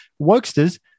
wokesters